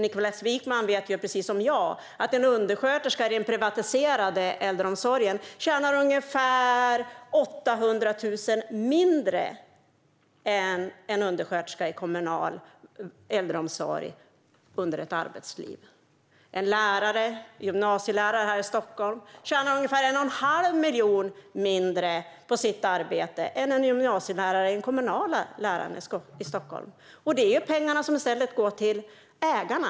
Niklas Wykman vet ju precis som jag att en undersköterska i den privatiserade äldreomsorgen tjänar ungefär 800 000 mindre är en undersköterska i kommunal äldreomsorg under ett arbetsliv. En gymnasielärare i en fristående skola här i Stockholm tjänar ungefär 1 1⁄2 miljon mindre på sitt arbete än en gymnasielärare i den kommunala skolan i Stockholm. Detta är pengar som i stället går till ägarna.